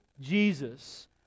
Jesus